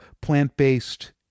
plant-based